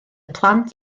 plant